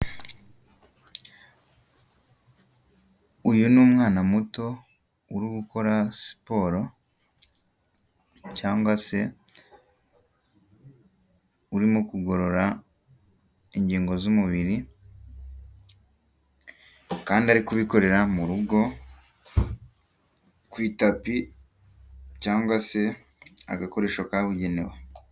Uyu ni umwana muto uri gukora siporo cyangwa se urimo kugorora ingingo z'umubiri kandi ari kubikorera mu rugo ku itapi cyangwa se agakoresho kabugenewe.